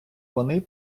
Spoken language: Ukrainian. вони